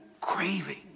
Craving